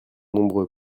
nombreux